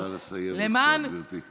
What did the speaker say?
נא לסיים, בבקשה, גברתי.